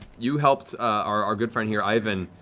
you helped our good friend here ivan,